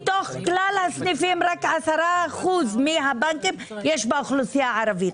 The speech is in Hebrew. מתוך כלל הסניפים רק 10% מהבנקים יש באוכלוסייה הערבית.